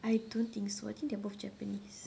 I don't think so I think they're both japanese